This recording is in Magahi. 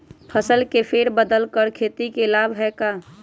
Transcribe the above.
फसल के फेर बदल कर खेती के लाभ है का?